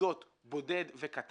נקודות בודד וקטן,